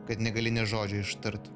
kad negali nė žodžio ištart